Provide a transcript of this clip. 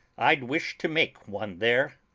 i'd wish to make one there.